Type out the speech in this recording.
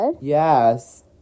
Yes